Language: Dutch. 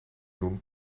doen